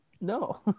No